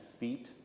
feet